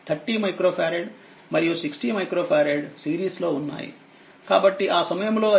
30 micro farad మరియు 60 micro farad series లో ఉన్నాయి కాబట్టిఆసమయంలోఅది60306030 90 అవుతుంది